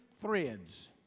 threads